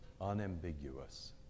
unambiguous